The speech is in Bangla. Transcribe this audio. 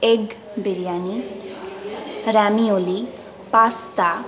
egg biryani ravioli pasta